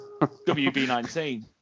WB19